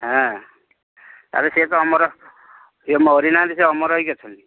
ହଁ ଆରେ ସିଏ ତ ଅମର ସିଏ ମରି ନାହାଁନ୍ତି ସେ ଅମର ହୋଇକି ଅଛନ୍ତି